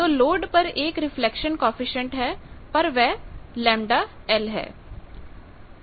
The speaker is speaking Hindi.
तो लोड पर एक रिफ्लेक्शन कॉएफिशिएंट है पर वह ΓL है